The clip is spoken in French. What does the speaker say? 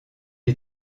est